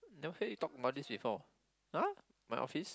never hear you talk about this before !huh! my office